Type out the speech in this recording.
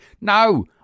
no